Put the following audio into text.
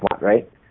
Right